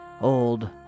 Old